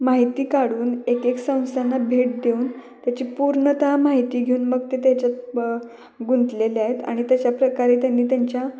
माहिती काढून एक एक संस्थांना भेट देऊन त्याची पूर्णतः माहिती घेऊन मग ते त्याच्यात ब गुंतलेले आहेत आणि तशा प्रकारे त्यांनी त्यांच्या